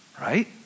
right